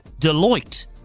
Deloitte